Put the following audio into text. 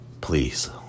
please